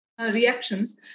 reactions